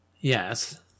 Yes